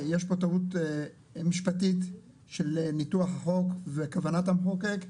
יש פה טעות משפטית של ניתוח החוק וכוונת המחוקק.